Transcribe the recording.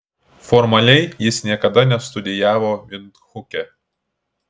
formaliai jis niekada nestudijavo vindhuke